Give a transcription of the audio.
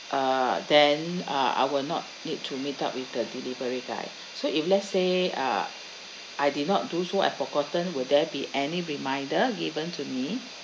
uh then uh I will not need to meet up with the delivery guy so if let's say uh I did not do so I forgotten will there be any reminder given to me